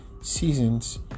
seasons